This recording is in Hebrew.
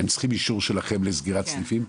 הם צריכים אישור שלכם לסגירת סניפים?